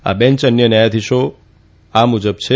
આ બેંચના અન્ય ન્યાયાધીશો આ મુજબ છે